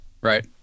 Right